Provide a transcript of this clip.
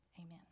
Amen